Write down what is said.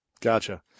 Gotcha